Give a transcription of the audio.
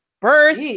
birth